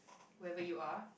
wherever you are